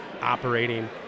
operating